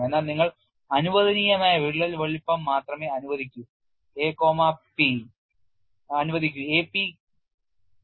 എന്നാൽ നിങ്ങൾ അനുവദനീയമായ വിള്ളൽ വലുപ്പം മാത്രമേ അനുവദിക്കൂ a p